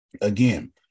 Again